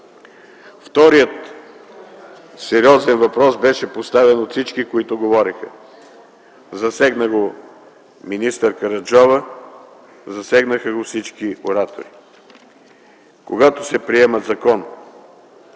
Вторият сериозен въпрос беше поставен от всички, които се изказаха. Засегна го министър Караджова, засегнаха го всички оратори. Когато се приеме закон,